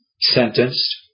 sentenced